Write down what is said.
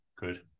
good